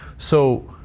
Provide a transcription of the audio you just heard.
so,